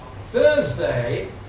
Thursday